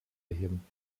erheben